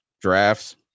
drafts